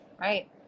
right